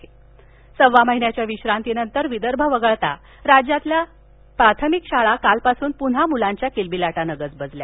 शाळा सिंधुदुर्ग सव्वा महिन्याच्या विश्रांतीनंतर विदर्भ वगळता राज्यातील प्राथमिक शाळा कालपासून पुन्हा मुलांच्या किलबिलाटान गजबजल्या